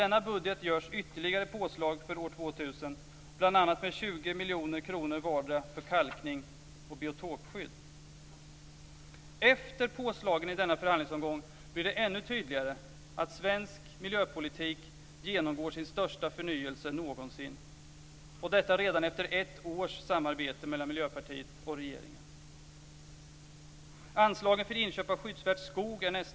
I denna budget görs ytterligare påslag för år 2000, bl.a. med Efter påslagen i denna förhandlingsomgång blir det ännu tydligare att svensk miljöpolitik genomgår sin största förnyelse någonsin, och detta redan efter ett års samarbete mellan Miljöpartiet och regeringen.